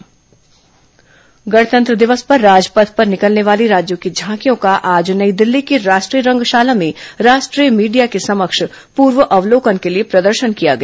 गणतंत्र दिवस झांकी गणतंत्र दिवस पर राजपथ पर निकलने वाली राज्यों की झांकियों का आज नई दिल्ली की राष्ट्रीय रंगशाला में राष्ट्रीय मीडिया के समक्ष पूर्व अवलोकन के लिए प्रदर्शन किया गया